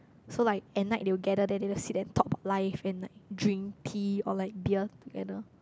so like at night they will gather there they will sit and talk about life and like drink tea or like beer together